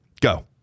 Go